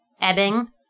ebbing